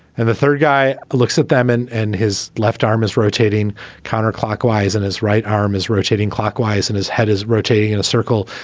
and the third guy looks at them and and his left arm is rotating counterclockwise in his right arm is rotating clockwise and his head is rotating in a circle.